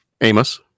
Amos